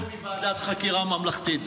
אני אפטור אתכם מוועדת חקירה ממלכתית,